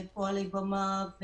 פועלי במה,